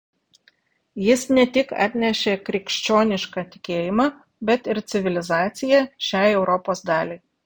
jis ne tik atnešė krikščionišką tikėjimą bet ir civilizaciją šiai europos daliai